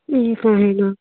ठीक आहे ना